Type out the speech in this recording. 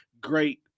great